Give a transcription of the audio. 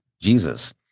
Jesus